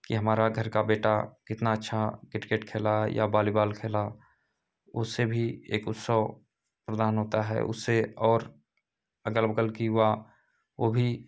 कि हमारे घर का बेटा कितना अच्छा क्रिकेट खेला या वॉलीबॉल खेला उससे भी एक उत्सव प्रदान होता है उससे और अगल बगल के युवा वह भी